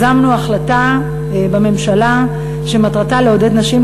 יזמנו החלטה בממשלה שמטרתה לעודד נשים